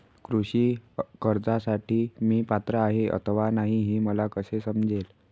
कृषी कर्जासाठी मी पात्र आहे अथवा नाही, हे मला कसे समजेल?